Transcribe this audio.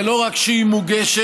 ולא רק שהיא מוגשת,